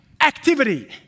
Activity